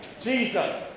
Jesus